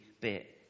bit